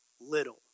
little